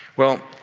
well,